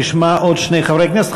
תשמע עוד שני חברי כנסת.